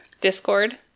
Discord